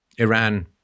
Iran